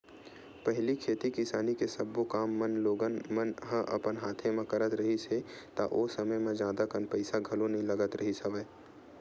पहिली खेती किसानी के सब्बो काम मन लोगन मन ह अपन हाथे म करत रिहिस हे ता ओ समे म जादा कन पइसा घलो नइ लगत रिहिस हवय